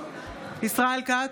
ישראל כץ,